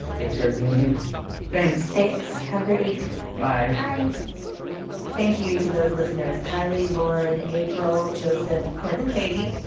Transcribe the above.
thanks for everything you do thanks thanks. have a great week bye bye thank you to those listeners kylie, lauren, april, joseph, clint and katie,